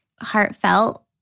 heartfelt